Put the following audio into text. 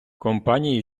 компанії